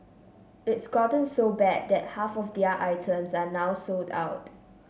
it's gotten so bad that half of their items are now sold out